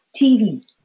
TV